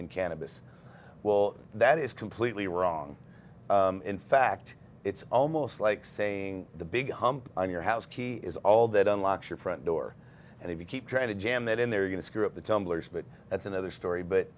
in cannabis will that is completely wrong in fact it's almost like saying the big hump on your house key is all that unlocks your front door and if you keep trying to jam it in they're going to screw up the tumblers but that's another story but